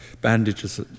bandages